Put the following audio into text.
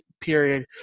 period